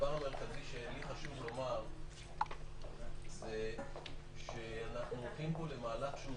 הדבר המרכזי שחשוב לי לומר זה שאנחנו הולכים פה למהלך שהוא